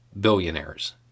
billionaires